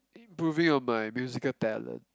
improving on my musical talent